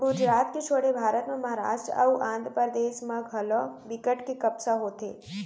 गुजरात के छोड़े भारत म महारास्ट अउ आंध्रपरदेस म घलौ बिकट के कपसा होथे